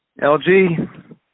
LG